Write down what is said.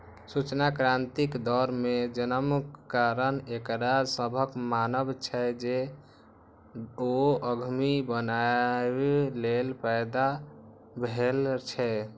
सूचना क्रांतिक दौर मे जन्मक कारण एकरा सभक मानब छै, जे ओ उद्यमी बनैए लेल पैदा भेल छै